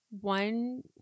one